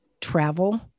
travel